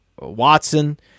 Watson